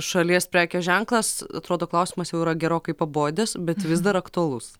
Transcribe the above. šalies prekės ženklas atrodo klausimas jau yra gerokai pabodęs bet vis dar aktualus